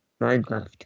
Minecraft